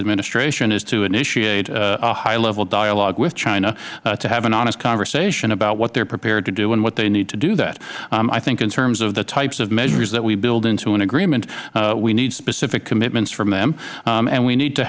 administration is to initiate a high level dialogue with china to have an honest conversation about what they are prepared to do and what they need to do that i think in terms of the types of measures that we build into an agreement we need specific commitments from them and we need to